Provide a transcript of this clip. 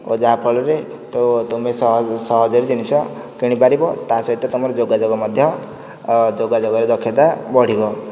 ଓ ଯାହା ଫଳରେ ତମେ ସହଜରେ ଜିନିଷ କିଣିପାରିବ ତାହା ସହିତ ତୁମର ଯୋଗାଯୋଗ ମଧ୍ୟ ଯୋଗାଯୋଗର ଦକ୍ଷତା ବଢ଼ିବ